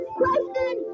question